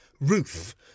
Ruth